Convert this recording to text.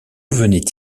venaient